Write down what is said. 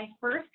first